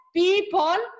people